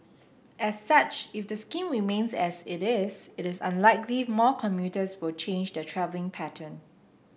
as such if the scheme remains as it is it is unlikely more commuters will change their travelling pattern